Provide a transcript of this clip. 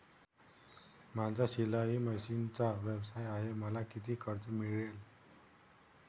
माझा शिलाई मशिनचा व्यवसाय आहे मला किती कर्ज मिळेल?